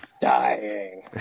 dying